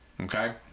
Okay